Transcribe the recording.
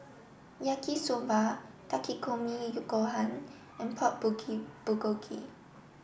Yaki Soba Takikomi Gohan and Pork Bulgogi